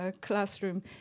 classroom